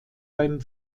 beim